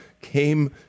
came